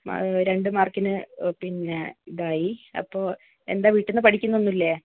രണ്ട് മാർക്കിന് പിന്നെ ഇതായി അപ്പോൾ എന്താ വീട്ടിന്ന് പഠിക്കുന്നൊന്നുമില്ലേ